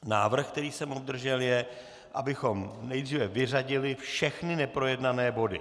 Návrh, který jsem obdržel, je, abychom nejdříve vyřadili všechny neprojednané body.